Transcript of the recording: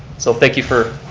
so thank you for.